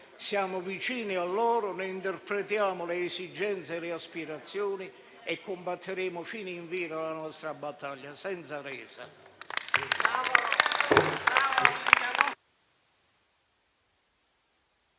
loro vicini, ne interpretiamo le esigenze e le aspirazioni, e combatteremo fino alla fine la nostra battaglia, senza resa.